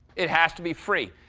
it has to be free.